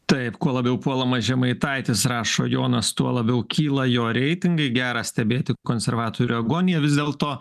taip kuo labiau puolamas žemaitaitis rašo jonas tuo labiau kyla jo reitingai gera stebėti konservatorių agoniją vis dėlto